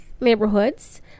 neighborhoods